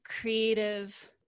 creative